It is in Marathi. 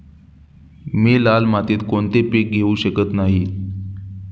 मी लाल मातीत कोणते पीक घेवू शकत नाही?